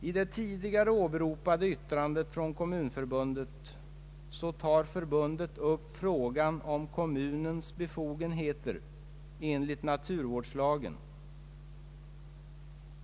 I det tidigare åberopade yttrandet från kommunförbundet tar förbundet upp frågan om kommunens befogenheter enligt naturvårdslagen.